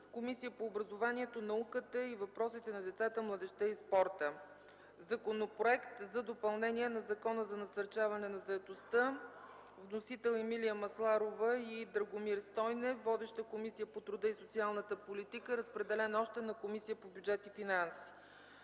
Комисията по образованието, науката и въпросите на децата, младежта и спорта. Законопроект за допълнение на Закона за насърчаване на заетостта. Вносители – Емилия Масларова и Драгомир Стойнев. Водеща е Комисията по труда и социалната политика. Разпределен е и на Комисията по бюджет и финанси.